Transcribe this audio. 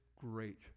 great